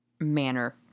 manner